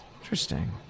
Interesting